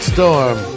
Storm